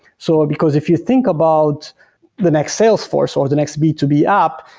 so because if you think about the next salesforce or the next b two b app,